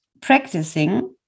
practicing